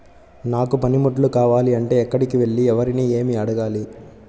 నాకు పనిముట్లు కావాలి అంటే ఎక్కడికి వెళ్లి ఎవరిని ఏమి అడగాలి?